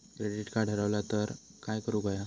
Credit card हरवला तर काय करुक होया?